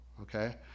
Okay